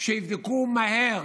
שיבדקו מהר